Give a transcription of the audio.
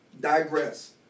digress